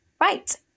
Right